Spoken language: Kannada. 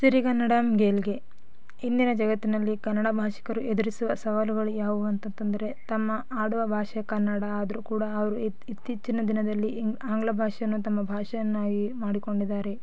ಸಿರಿಗನ್ನಡಂ ಗೆಲ್ಗೆ ಇಂದಿನ ಜಗತ್ತಿನಲ್ಲಿ ಕನ್ನಡ ಭಾಷಿಕರು ಎದುರಿಸುವ ಸವಾಲುಗಳು ಯಾವುವು ಅಂತಂತೆಂದ್ರೆ ತಮ್ಮ ಆಡುವ ಭಾಷೆ ಕನ್ನಡ ಆದರೂ ಕೂಡ ಅವರು ಇತ್ತ ಇತ್ತೀಚಿನ ದಿನದಲ್ಲಿ ಇಂಗ್ ಆಂಗ್ಲ ಭಾಷೆಯನ್ನು ತಮ್ಮ ಭಾಷೆಯನ್ನಾಗಿ ಮಾಡಿಕೊಂಡಿದ್ದಾರೆ